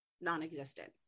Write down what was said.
Non-existent